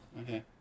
Okay